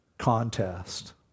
Contest